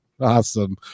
Awesome